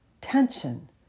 tension